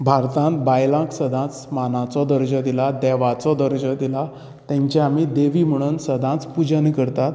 भारतांत बायलांक सदांच मानाचो दर्जो दिला देवाचो दर्जो दिला तेंची आमी देवी म्हणून सदांच पुजा आमी करतात